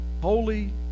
holy